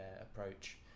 approach